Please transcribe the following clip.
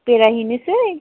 बेरायहैनोसै